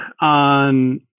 on